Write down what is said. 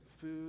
food